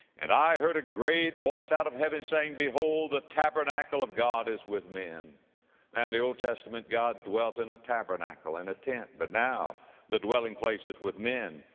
and i heard a great voice out of heaven saying, behold, the tabernacle of god is with men now in the old testament god dwelt in a tabernacle, in a tent, but now the dwelling place is with men,